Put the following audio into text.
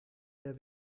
der